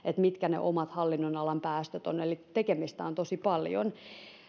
mitkä ne omat hallinnonalan päästöt ovat eli tekemistä on tosi paljon